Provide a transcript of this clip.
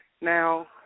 Now